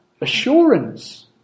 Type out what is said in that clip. assurance